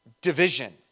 division